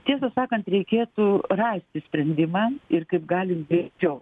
tiesą sakant reikėtų rasti sprendimą ir kaip galim greičiau